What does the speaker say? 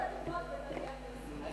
אבל אנחנו תולים את התקוות בדניאל בן-סימון.